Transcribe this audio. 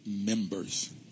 members